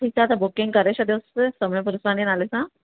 ठीकु आहे त बुकिंग करे छॾियोसि सोम्य पुरूषानी नाले सां